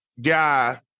guy